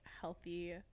healthy